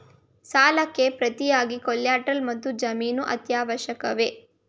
ಸಾಲಕ್ಕೆ ಪ್ರತಿಯಾಗಿ ಕೊಲ್ಯಾಟರಲ್ ಮತ್ತು ಜಾಮೀನು ಅತ್ಯವಶ್ಯಕವೇ?